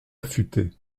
affuté